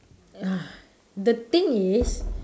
the thing is